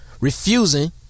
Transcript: refusing